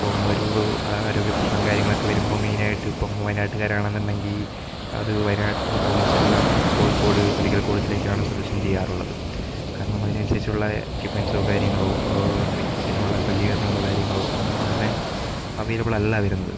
ഇപ്പം ഒരു ആരോഗ്യ പ്രശ്നം കാര്യങ്ങളൊക്കെ വരുമ്പം മെയിനായിട്ടും ഇപ്പം വയനാട്ടു കാരാണെന്നുണ്ടെങ്കിൽ അത് വയനാട് ഓൾമോസ്റ്റ് എല്ലാം കോഴിക്കോട് മെഡിക്കൽ കോളേജിലേക്കാണ് സജ്ജഷൻ ചെയ്യാറുള്ളത് കാരണം അതിനനുസരിച്ചുള്ള എക്യുപ്മെൻറ്സോ കാര്യങ്ങളോ ട്രീറ്റ്മെന്റിനുള്ള സജ്ജീകരണങ്ങളോ കാര്യങ്ങളോ ഒന്നും തന്നെ അവൈലബിൾ അല്ല വരുന്നത്